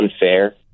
unfair